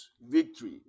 victory